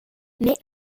mais